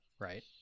right